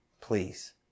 please